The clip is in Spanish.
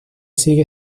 sigue